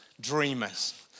Dreamers